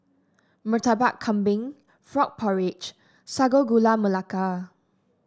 Murtabak Kambing Frog Porridge Sago Gula Melaka